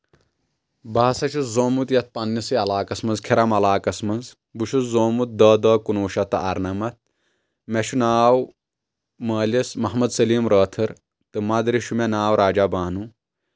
بہٕ ہسا چھُس زاومُت یتھ پنٕنسٕے علاقس منٛز کھِرم علاقس منٛز بہٕ چھُس زومُت دہ دہ کُنوُہ شیٚتھ تہٕ اَرنمتھ مےٚ چھُ ناو مٲلِس محمد سٔلیٖم رٲتھٔر تہٕ مدرِ چھُ مےٚ ناو راجا بانوٗ